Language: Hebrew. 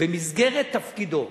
במסגרת תפקידו